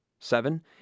Seven